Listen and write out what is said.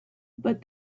but